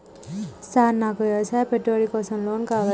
Sir నాకు వ్యవసాయ పెట్టుబడి కోసం లోన్ కావాలి?